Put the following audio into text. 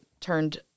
turned